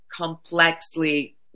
complexly